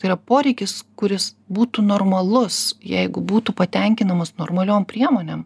tai yra poreikis kuris būtų normalus jeigu būtų patenkinamas normaliom priemonėm